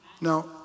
Now